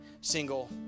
single